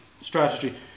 strategy